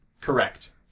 Correct